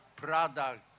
product